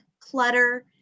clutter